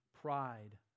pride